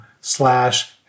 slash